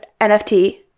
NFT